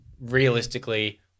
realistically